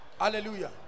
Hallelujah